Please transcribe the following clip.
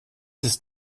ist